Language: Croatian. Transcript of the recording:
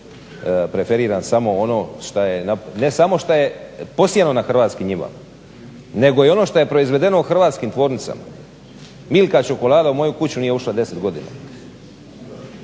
preferiram samo ono šta je, ne samo šta je posijano na hrvatskim njivama, nego i ono što je proizvedeno u hrvatskim tvornicama. Milka čokolada u moju kuću nije ušla 10 godina.